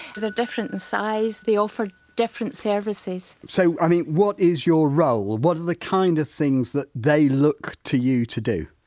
they're different in size they offer different services so, i mean what is your role, what are the kind of things that they look to you to do?